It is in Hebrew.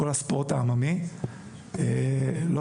כל הספורט העממי כיום,